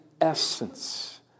essence